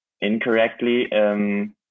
incorrectly